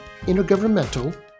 intergovernmental